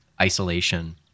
isolation